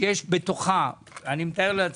שיש בתוכה אני מתאר לעצמי,